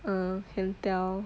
uh can tell